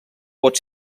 pot